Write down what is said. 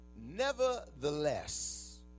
Nevertheless